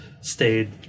stayed